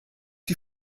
die